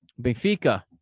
Benfica